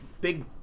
big –